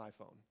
iPhone